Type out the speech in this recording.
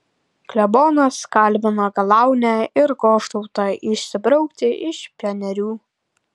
klebonas kalbina galaunę ir goštautą išsibraukti iš pionierių